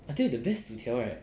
I think the best 薯条 right